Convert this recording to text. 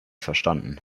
verstanden